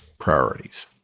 priorities